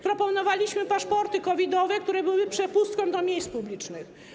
Proponowaliśmy paszporty COVID-owe, które były przepustką do miejsc publicznych.